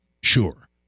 sure